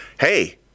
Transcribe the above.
hey